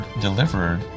delivered